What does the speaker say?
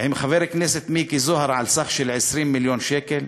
עם חבר הכנסת מיקי זוהר על סך של 20 מיליון שקל,